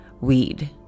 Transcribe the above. weed